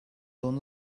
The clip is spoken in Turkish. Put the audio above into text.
onu